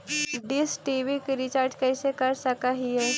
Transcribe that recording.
Dish TV के recharge कैसे कर सक हिय?